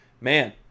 Man